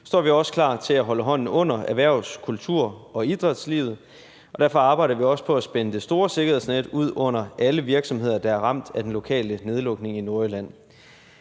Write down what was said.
er vi også klar til at holde hånden under erhvervs-, kultur- og idrætslivet. Derfor arbejder vi også på at spænde det store sikkerhedsnet ud under alle virksomheder, der er ramt af den lokale nedlukning i Nordjylland.